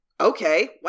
okay